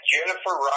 Jennifer